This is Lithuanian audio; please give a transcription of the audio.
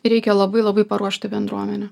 reikia labai labai paruošti bendruomenę